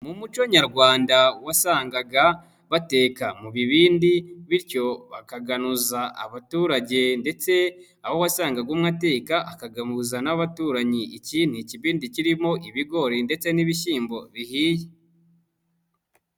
Mu muco nyarwanda wasangaga bateka mu bibindi bityo bakaganuza abaturage, ndetse aho wasangaga umwe ateka akagabuza n'abaturanyi, iki ni ikibindi kirimo ibigori ndetse n'ibishyimbo bihiye.